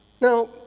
Now